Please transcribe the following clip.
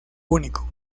único